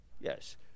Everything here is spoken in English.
Yes